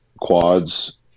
quads